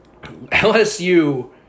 LSU –